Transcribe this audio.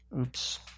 oops